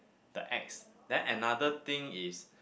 the X then another thing is